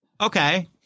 Okay